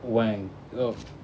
oh